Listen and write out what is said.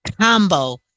combo